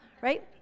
right